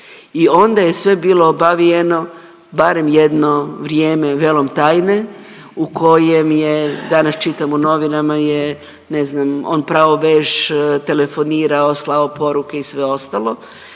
I onda je sve bilo obavijeno barem jedno vrijeme velom tajne, u kojem je danas čitam u novinama je ne znam, on prao veš, telefonirao, slao poruke i sve ostalo.